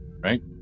Right